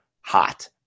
hot